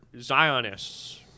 Zionists